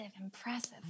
impressive